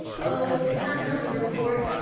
oh, not mother, of course.